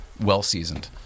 Well-seasoned